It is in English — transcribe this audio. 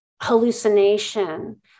hallucination